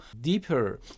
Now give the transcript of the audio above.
deeper